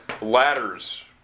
ladders